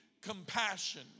compassion